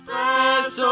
Bless